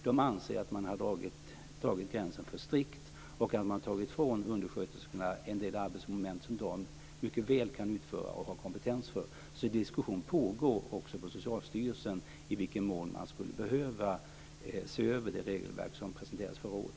De anser att man har dragit gränsen för strikt och tagit ifrån undersköterskorna en del arbetsmoment som de mycket väl kan utföra och har kompetens för. Diskussion pågår också på Socialstyrelsen i vilken mån man skulle behöva se över det regelverk som presenterades förra året.